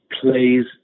plays